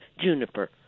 juniper